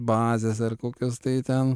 bazės ar kokios tai ten